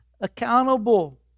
accountable